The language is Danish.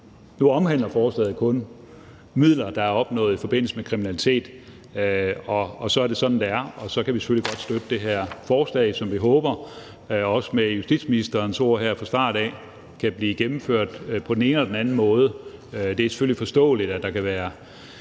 Nu omhandler forslaget kun midler, der er opnået i forbindelse med kriminalitet, og så er det sådan, det er, og så kan vi selvfølgelig godt støtte det her forslag, som vi håber, også med justitsministerens ord her fra start af, kan blive gennemført på den ene eller den anden måde. Det er selvfølgelig forståeligt, at der kan være